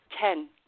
Ten